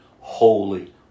holy